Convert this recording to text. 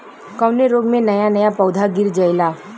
कवने रोग में नया नया पौधा गिर जयेला?